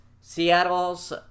Seattle's